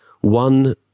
one